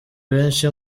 benshi